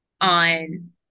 on